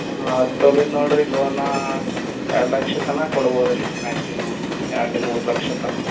ಹ್ಞೂ ಆಯ್ತ್ ಅಲ್ಲಿದು ನೋಡಿರಿ ಲೋನಾ ಎರ್ಡು ಲಕ್ಷ ತನಕ ಕೊಡ್ಬೋದು ರೀ ಮ್ಯಾಕ್ಸಿಮಮ್ ಎರಡು ಮೂರು ಲಕ್ಷ ತನಕ